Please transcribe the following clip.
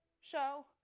show